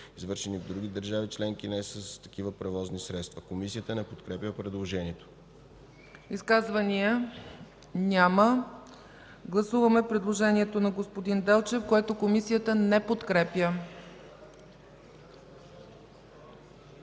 извършени в други държави – членки на ЕС, с такива превозни средства.” Комисията не подкрепя предложението. ПРЕДСЕДАТЕЛ ЦЕЦКА ЦАЧЕВА: Изказвания? Няма. Гласуваме предложението на господин Делчев, което Комисията не подкрепя.